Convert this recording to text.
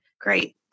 Great